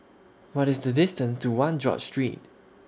What IS The distance to one George Street